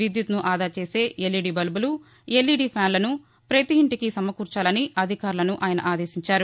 విద్యుత్ను ఆదాచేసే ఎల్ఇది బల్బులు ఎల్ ఇ డి ఫ్యాన్లను పతి ఇంటికి సమకూర్చాలని అధికారులను ఆయన ఆదేశించారు